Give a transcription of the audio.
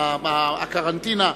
הקרנטינה.